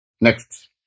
Next